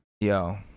Yo